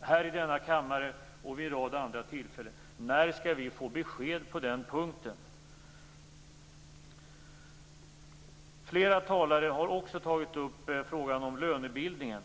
här i denna kammare och vid en rad andra tillfällen? När skall vi få besked på den punkten? Flera talare har också tagit upp frågan om lönebildningen.